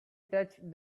touched